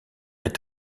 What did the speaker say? est